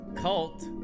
Cult